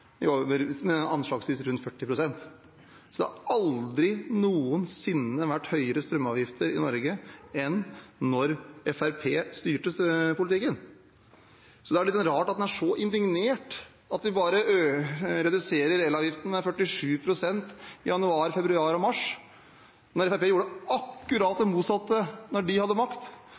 med anslagsvis 40 pst. Det har aldri noensinne vært høyere strømavgifter i Norge enn da Fremskrittspartiet styrte politikken. Så det er litt rart at han er så indignert over at vi bare reduserer elavgiften med 47 pst. i januar, februar og mars, når Fremskrittspartiet gjorde akkurat det motsatte da de hadde makt.